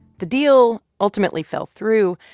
the deal ultimately fell through,